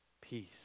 peace